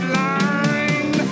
line